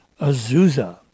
Azusa